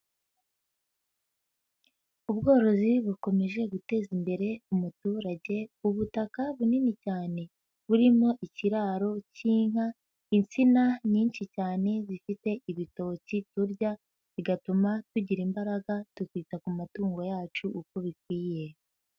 Ubworozi bukomeje guteza imbere umuturage, ubutaka bunini cyane burimo ikiraro cy'inka, intsina nyinshi cyane zifite ibitoki turya bigatuma tugira imbaraga, tukita ku matungo yacu uko bikwiye.